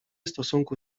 stosunku